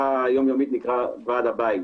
היום-יומית נקרא כי ועד הבית.